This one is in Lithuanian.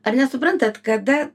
ar nesuprantat kada